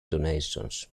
donations